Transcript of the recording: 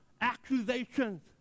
accusations